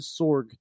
Sorg